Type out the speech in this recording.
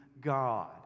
God